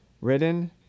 written